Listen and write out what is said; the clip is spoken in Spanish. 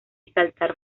saltar